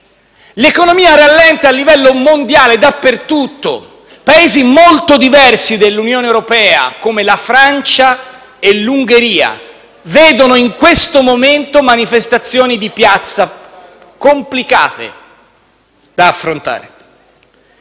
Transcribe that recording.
L'economia rallenta a livello mondiale dappertutto. Paesi molto diversi dell'Unione europea come la Francia e l'Ungheria vedono in questo momento manifestazioni di piazza complicate da affrontare